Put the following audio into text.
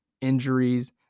injuries